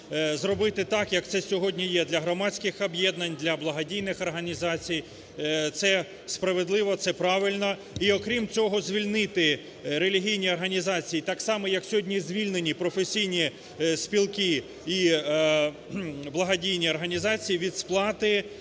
зробити так, як це сьогодні є для громадських об'єднань, для благодійних організацій, це справедливо, це правильно і, окрім цього, звільнити релігійні так само, як сьогодні звільнені професійні спілки і благодійні організації від сплати